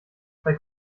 bei